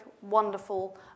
wonderful